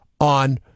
on